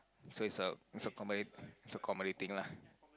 so it's a it's a come~ it's a comedy thing lah